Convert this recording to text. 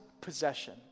possession